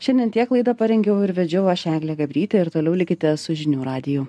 šiandien tiek laidą parengiau ir vedžiau aš eglė gabrytė ir toliau likite su žinių radiju